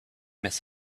miss